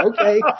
okay